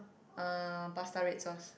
uh pasta red sauce